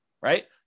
right